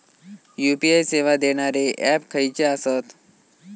UPI सेवा देणारे app खयचे आसत?